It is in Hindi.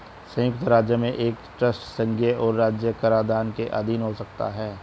संयुक्त राज्य में एक ट्रस्ट संघीय और राज्य कराधान के अधीन हो सकता है